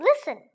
Listen